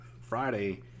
Friday